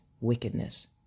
wickedness